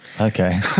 Okay